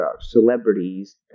celebrities